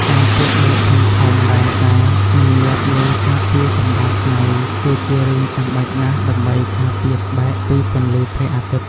ការពាក់មួកធំៗ វ៉ែនតា និងលាបឡេការពារកម្ដៅថ្ងៃគឺជារឿងចាំបាច់ណាស់ដើម្បីការពារស្បែកពីពន្លឺព្រះអាទិត្យ។